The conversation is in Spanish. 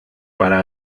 para